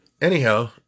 anyhow